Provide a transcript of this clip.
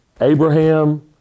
Abraham